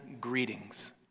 greetings